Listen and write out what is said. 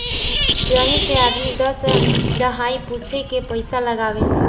यही से आदमी दस दहाई पूछे के पइसा लगावे